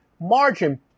margin